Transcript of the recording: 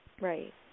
Right